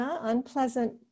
unpleasant